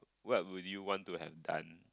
what would you want to have done